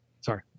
Sorry